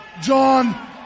john